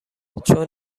چون